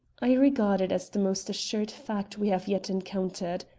i regard it as the most assured fact we have yet encountered,